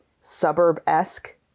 suburb-esque